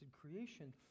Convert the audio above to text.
creation